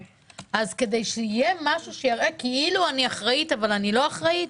כדי שיהיה משהו שיראה כאילו אני אחראית אבל אני לא אחראית?